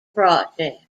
project